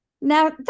Now